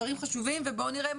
דברים חשובים ובואו נראה,